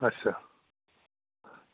अच्छा